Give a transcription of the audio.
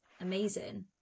amazing